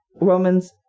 Romans